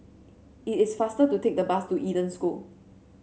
it is faster to take the bus to Eden School